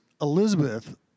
Elizabeth